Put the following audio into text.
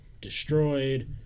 destroyed